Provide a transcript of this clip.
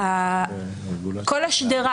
שכל השדרה,